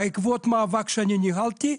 בעקבות מאבק שאני ניהלתי,